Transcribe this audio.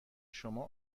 شما